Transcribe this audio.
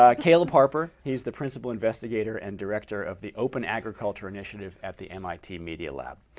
ah caleb harper. he's the principal investigator and director of the open agriculture initiative at the mit media lab.